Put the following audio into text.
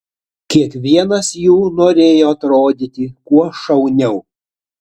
kiekvienas jų norėjo atrodyti kuo šauniau